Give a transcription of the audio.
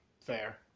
Fair